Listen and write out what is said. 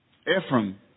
Ephraim